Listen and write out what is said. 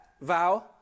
vow